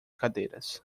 cadeiras